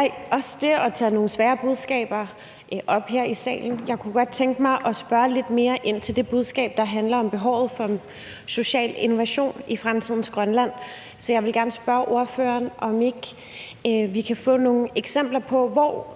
og også for det at tage nogle svære budskaber op her i salen. Jeg kunne godt tænke mig at spørge lidt mere ind til det budskab, der handler om behovet for social innovation i fremtidens Grønland. Så jeg vil gerne spørge ordføreren, om ikke vi kan få nogle eksempler på, hvor